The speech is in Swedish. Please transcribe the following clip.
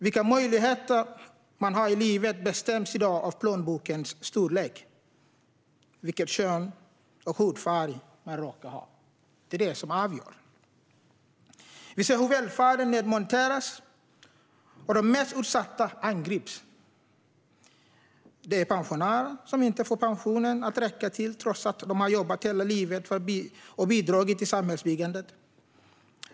Vilka möjligheter man har i livet bestäms i dag av plånbokens storlek och av vilket kön och vilken hudfärg man råkar ha. Det är det som avgör. Vi ser hur välfärden nedmonteras och hur de mest utsatta angrips. Det är pensionärer som inte får pensionen att räcka till, trots att de har jobbat hela livet och bidragit till samhällsbyggandet.